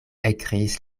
ekkriis